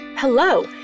Hello